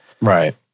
Right